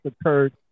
occurred